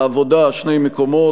העבודה: שני מקומות.